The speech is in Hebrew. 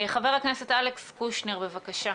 חבר הכנסת אלכס קושניר, בבקשה.